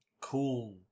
cool